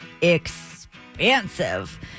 expansive